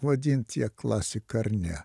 vadint ją klasika ar ne